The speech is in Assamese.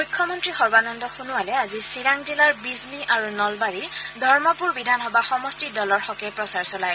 মুখ্যমন্ত্ৰী সৰ্বানন্দ সোণোৱালে আজি চিৰাং জিলাৰ বিজনী আৰু নলবাৰীৰ ধৰ্মপুৰ বিধানসভা সমষ্টিত দলৰ হকে প্ৰচাৰ চলায়